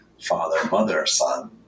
father-mother-son